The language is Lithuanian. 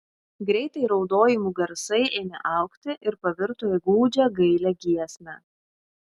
greitai raudojimų garsai ėmė augti ir pavirto į gūdžią gailią giesmę